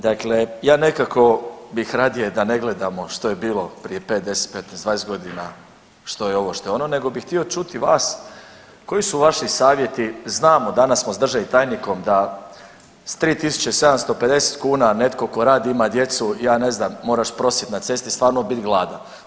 Dakle, ja nekako bih radije da ne gledamo što je bilo prije 5, 10, 15, 20.g., što je ovo, što je ono nego bih htio čuti vas koji su vaši savjeti, znamo danas smo s državnim tajnikom da s 3.750 kuna netko tko radi i ima djecu ja ne znam moraš prosit na cesti i stvarno bit gladan.